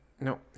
No